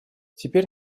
теперь